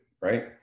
right